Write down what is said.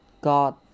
God